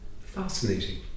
Fascinating